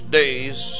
days